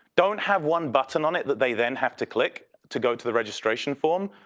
don't have one button on it that they then have to click to go to the registration form.